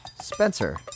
Spencer